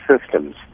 systems